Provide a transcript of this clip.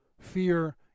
Fear